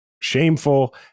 shameful